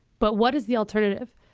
but what is the alternative?